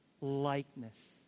likeness